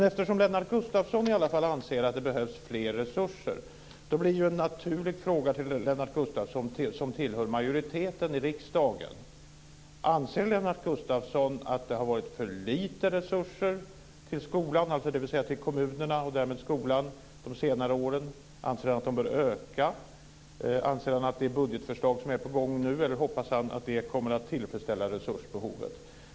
Eftersom Lennart Gustavsson i alla fall anser att det behövs mer resurser blir en naturlig fråga till Lennart Gustavsson som tillhör majoriteten i riksdagen: Anser Lennart Gustavsson att det har varit för lite resurser till skolan, dvs. till kommunerna och därmed till skolan, under senare år? Anser han att de bör öka? Vad anser han om det budgetförslag som nu är på gång? Hoppas han att det kommer att tillfredsställa resursbehovet?